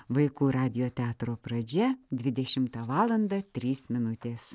vaikų radijo teatro pradžia dvidešimtą valandą trys minutės